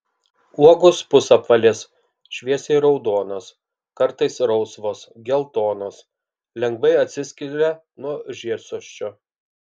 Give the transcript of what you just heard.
uogos pusapvalės šviesiai raudonos kartais rausvos geltonos lengvai atsiskiria nuo žiedsosčio